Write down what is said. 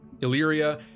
Illyria